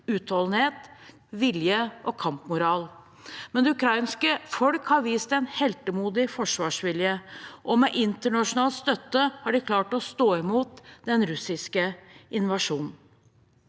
utholdenhet, vilje og kampmoral. Men det ukrainske folk har vist en heltemodig forsvarsvilje, og med internasjonal støtte har de klart å stå imot den russiske invasjonen.